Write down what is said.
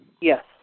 Yes